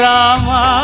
Rama